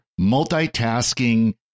multitasking